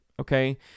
okay